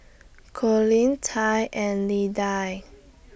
Colin Tai and Lidia